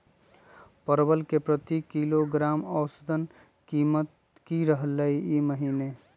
परवल के प्रति किलोग्राम औसत कीमत की रहलई र ई महीने?